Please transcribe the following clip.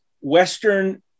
Western